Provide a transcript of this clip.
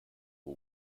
who